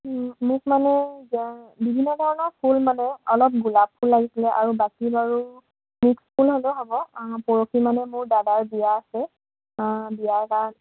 মোক মানে বিভিন্ন ধৰণৰ ফুল মানে অলপ গোলাপ ফুল লাগিছিলে আৰু বাকী বাৰু মিক্স ফুল হ'লেও হ'ব পৰহি মানে মোৰ দাদাৰ বিয়া আছে বিয়াৰ কাৰণে